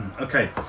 okay